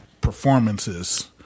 performances